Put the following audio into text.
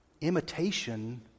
imitation